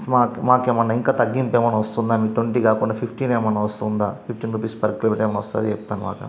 మాకు ఏమన్నా ఇంకా తగ్గింపు ఏమన్నా వస్తుందా మీ ట్వంటీ కాకుండా ఫిఫ్టీన్ ఏమన్నా వస్తుందా ఫిఫ్టీన్ రూపీస్ పర్ కిలోమీటర్ ఏమన్నా వస్తుంది మాట